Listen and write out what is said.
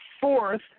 fourth